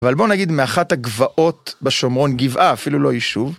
אבל בואו נגיד מאחת הגבעות בשומרון גבעה אפילו לא יישוב.